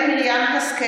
שרן מרים השכל,